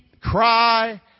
cry